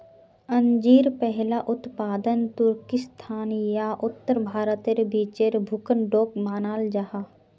अंजीर पहला उत्पादन तुर्किस्तान या उत्तर भारतेर बीचेर भूखंडोक मानाल जाहा